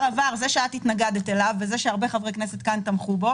עבר זה שאת התנגדת אליו וזה שהרבה חברי כנסת כאן תמכו בו